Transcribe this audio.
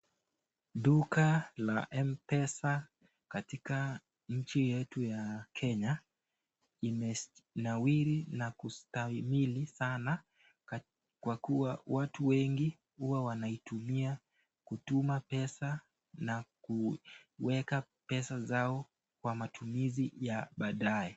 Duka la m-pesa katika nchi yeti ya Kenya, imenawiri na kustawimili sana, kwa kuwa watu wengi huwa wanaitumia kutuma pesa na kuweka pesa zao kwa matumizi ya baadae.